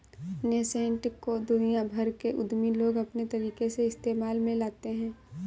nascent को दुनिया भर के उद्यमी लोग अपने तरीके से इस्तेमाल में लाते हैं